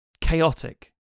chaotic